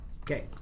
Okay